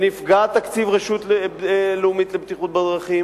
נפגע תקציב הרשות הלאומית לבטיחות בדרכים,